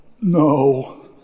No